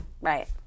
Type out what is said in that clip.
Right